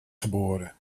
geboren